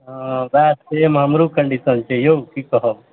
हँ ओएह सेम हमरो कन्डीशन छै यौ की कहब